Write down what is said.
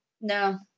No